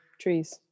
trees